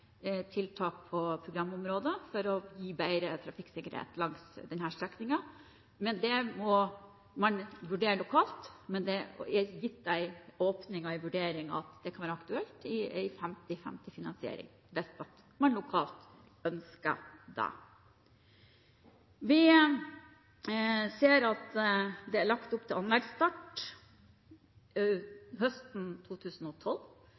tiltak på programområdene for å gi bedre trafikksikkerhet langs denne strekningen, men det må man vurdere lokalt. Det er i vurderingen gitt åpning for at det kan være aktuelt med 50/50-finansiering, hvis man lokalt ønsker det. Vi ser at det er lagt opp til anleggsstart høsten 2012,